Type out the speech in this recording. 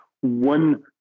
one